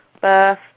birth